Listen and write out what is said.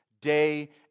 day